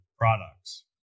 products